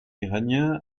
iranien